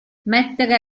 mettere